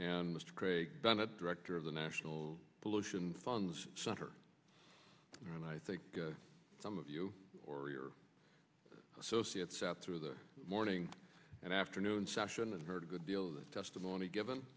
and mr craig dunn the director of the national pollution funs center and i think some of you or your associates out through the morning and afternoon session this heard a good deal of the testimony given